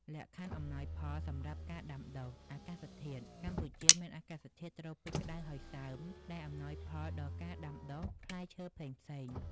លក្ខខណ្ឌអំណោយផលសម្រាប់ការដាំដុះអាកាសធាតុ កម្ពុជាមានអាកាសធាតុត្រូពិចក្តៅហើយសើម ដែលអំណោយផលដល់ការដាំដុះផ្លែឈើផ្សេងៗ។